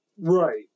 Right